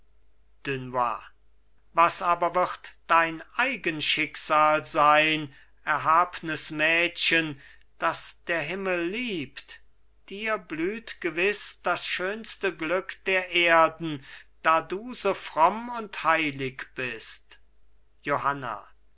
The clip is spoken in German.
dunois was aber wird dein eigen schicksal sein erhabnes mädchen das der himmel liebt dir blüht gewiß das schönste glück der erden da du so fromm und heilig bist johanna